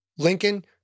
Lincoln